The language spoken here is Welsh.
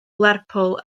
lerpwl